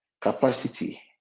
capacity